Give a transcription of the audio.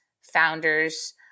founders